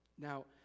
Now